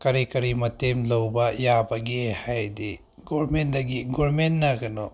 ꯀꯔꯤ ꯀꯔꯤ ꯃꯇꯦꯡ ꯂꯧꯕ ꯌꯥꯕꯒꯦ ꯍꯥꯏꯔꯗꯤ ꯒꯣꯔꯃꯦꯟꯗꯒꯤ ꯒꯣꯔꯃꯦꯟꯅ ꯀꯩꯅꯣ